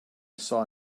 saw